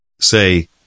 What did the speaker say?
Say